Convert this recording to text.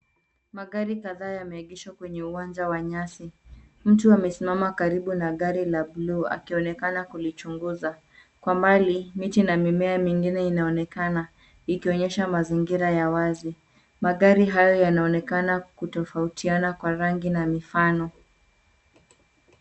Magari kadhaa yameegeshwa kwenye uwanja wa nyasi. Mtu amesimama karibu na gari la buluu akionekana kulichunguza. Kwa umbali miti na mimea mengine inaonekana ikionyesha mazingira ya wazi. Magari haya yanaonekana kutofautiana kwa rangi na mifano.